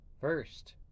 first